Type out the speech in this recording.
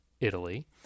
Italy